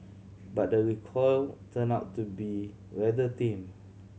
but the recoil turned out to be rather tame